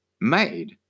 Made